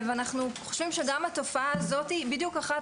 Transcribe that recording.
אנחנו חושבים שגם התופעה הזאת היא בדיוק אחת